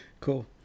Cool